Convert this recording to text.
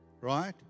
right